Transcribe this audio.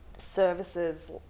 Services